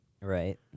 Right